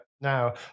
now